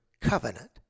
covenant